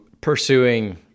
pursuing